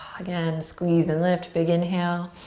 again, squeeze and lift, big inhale.